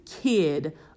kid